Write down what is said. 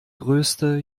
größte